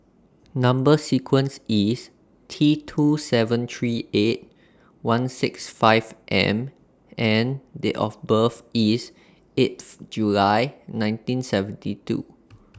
Number sequence IS T two seven three eight one six five M and Date of birth IS eighth July nineteen seventy two